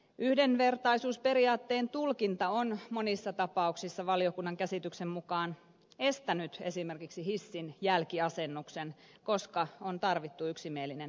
yhdenvertaisuusperiaatteen tulkinta on monissa tapauksissa valiokunnan käsityksen mukaan estänyt esimerkiksi hissin jälkiasennuksen koska on tarvittu yksimielinen päätöksenteko